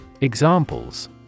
Examples